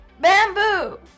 Bamboo